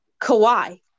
Kawhi